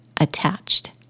attached